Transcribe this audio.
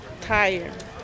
tired